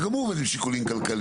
שגם הוא עובד בשיקולים כלכליים,